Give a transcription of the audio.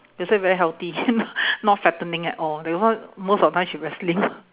that's why very healthy not fattening at all that's why most of the time she very slim